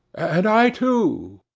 and i, too.